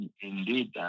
indeed